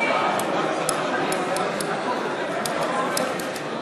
מים וביוב (תיקון,